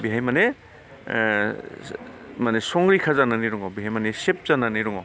बेवहाय माने माने संरैखा जानानै दङ बेहाय माने सेभ जानानै दङ